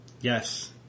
Yes